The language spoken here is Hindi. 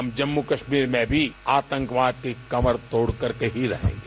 हम जम्मू कश्मीर में भी आतंकवाद की कमर तोड़ करके ही रहेंगे